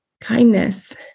Kindness